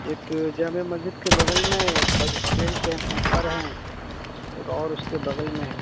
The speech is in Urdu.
ایک جامع مسجد کے بغل میں ایک بس ٹریڈ کے پر ہیں ایک اور اس کے بغل میں ہے